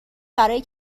برای